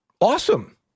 Awesome